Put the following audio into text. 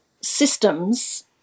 systems